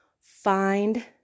find